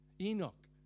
Enoch